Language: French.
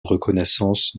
reconnaissance